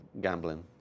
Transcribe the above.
gambling